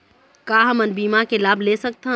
का हमन बीमा के लाभ ले सकथन?